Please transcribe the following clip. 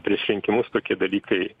prieš rinkimus tokie dalykai